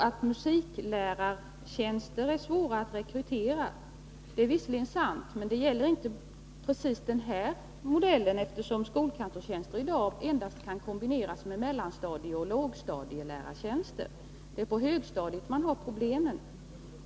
Att musiklärartjänster är svårrekryterade är visserligen sant, men det avhjälps i dag inte med den här modellen, eftersom skolkantorstjänster i dag kan kombineras endast med mellanstadieoch lågstadielärartjänster. Det är på högstadiet som man har de problemen.